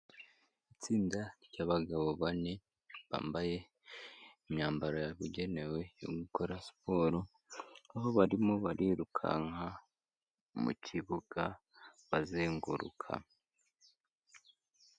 Itsinda ry'abagabo bane, bambaye imyambaro yabugenewe yo gukora siporo, aho barimo barirukanka mu kibuga bazenguruka.